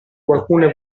qualcuno